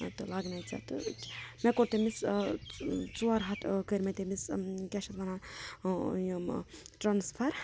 تہٕ لَگنَے ژےٚ تہٕ مےٚ کوٚر تٔمِس ٲں ژٕ ژور ہَتھ کٔرۍ مےٚ تٔمِس یِم کِیٛاہ چھِ اَتھ وَنان ٲں یِم ٹرانٕسفَر